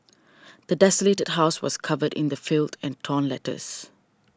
the desolated house was covered in the filth and torn letters